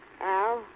Al